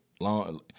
long